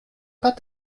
pas